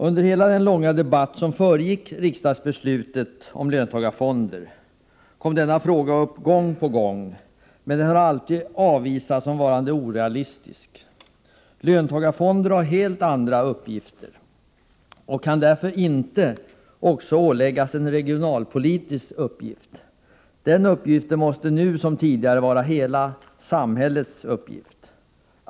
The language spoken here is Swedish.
Under hela den långa debatt som föregick riksdagsbeslutet om löntagarfonderna kom denna fråga upp gång på gång, men den har alltid avvisats som varande orealistisk. Löntagarfonderna har helt andra uppgifter och kan därför inte också åläggas en regionalpolitisk uppgift. Detta måste nu som tidigare vara hela samhällets uppgift.